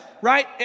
right